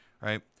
right